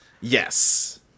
Yes